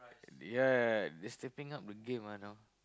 yeah yeah yeah they stepping up the game ah now